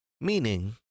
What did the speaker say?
meaning